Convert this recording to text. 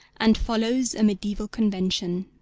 and follows a mediaeval convention.